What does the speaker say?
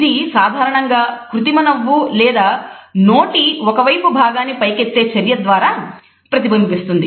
ఇది సాధారణంగా కృత్రిమ నవ్వు లేదా నోటి ఒకవైపు భాగాన్ని పైకెత్తే చర్య ద్వారా ప్రతిబింబిస్తుంది